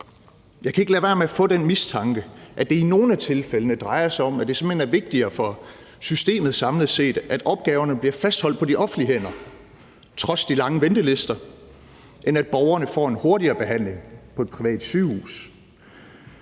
Jeg kan ikke lade være med at få den mistanke, at det i nogle af tilfældene drejer sig om, at det simpelt hen er vigtigere for systemet samlet set, at opgaverne bliver fastholdt på de offentlige hænder trods de lange ventelister, end at borgerne får en hurtigere behandling på et privat sygehus.